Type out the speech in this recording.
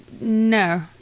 No